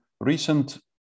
recent